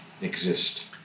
exist